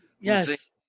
Yes